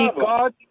God